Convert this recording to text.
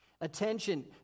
Attention